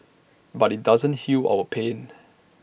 but IT doesn't heal our pain